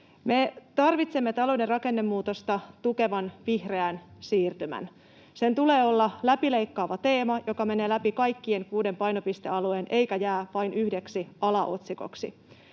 Me tarvitsemme talouden rakennemuutosta tukevan vihreän siirtymän. Sen tulee olla läpileikkaava teema, joka menee läpi kaikkien kuuden painopistealueen eikä jää vain yhdeksi alaotsikoksi.